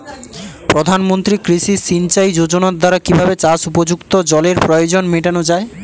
প্রধানমন্ত্রী কৃষি সিঞ্চাই যোজনার দ্বারা কিভাবে চাষ উপযুক্ত জলের প্রয়োজন মেটানো য়ায়?